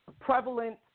prevalent